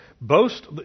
boast